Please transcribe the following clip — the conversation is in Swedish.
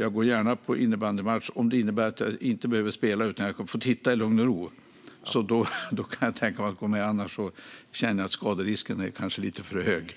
Jag går gärna på innebandymatch - om det innebär att jag inte behöver spela utan kan få titta i lugn och ro. Då kan jag tänka mig att gå med. Annars känner jag att skaderisken kanske är lite för hög.